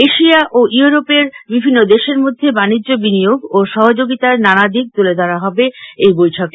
Asia ইউরোপের বিভিন্ন দেশের মধ্যে বাণিজ্য বিনিয়োগ ও সহযোগিতার নানাদিক তুলে ধরা হবে এই বৈঠকে